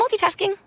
multitasking